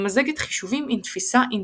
הממזגת חישובים עם תפיסה אינטואיטיבית.